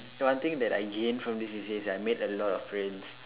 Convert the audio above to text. one thing that I gained from this C_C_A is that I made a lot of friends